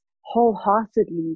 wholeheartedly